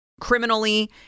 criminally